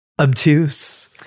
obtuse